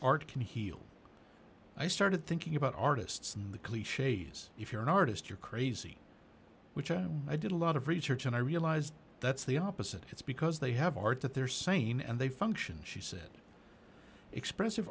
which art can heal i started thinking about artists in the cliches if you're an artist you're crazy which i am i did a lot of research and i realized that's the opposite it's because they have art that they're sane and they function she said expressive